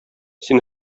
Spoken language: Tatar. син